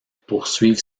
poursuivre